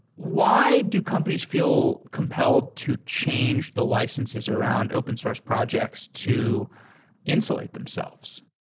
why do companies feel compelled to change the licenses around open source projects to insulate themselves?